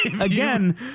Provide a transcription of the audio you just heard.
Again